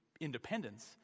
independence